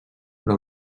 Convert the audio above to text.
però